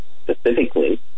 Specifically